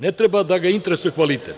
Ne treba da ga interesuje kvalitet.